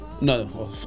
No